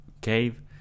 cave